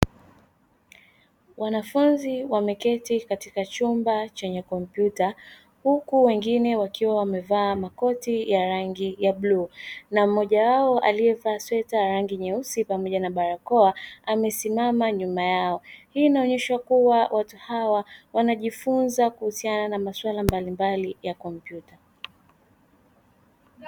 Wanafunzi wameketi katika chumba chenye kompyuta huku wengine wakiwa wamevaa makoti ya rangi ya bluu na mmoja wao alievaa sweta la rangi nyeusi pamoja na barakoa amesimama nyuma yao, hii inaonyesha kuwa watu hawa wanajifunza kuhusiana na maswala mbalimbali ya kompyuta.